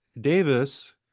Davis